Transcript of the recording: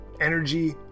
energy